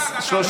תודה,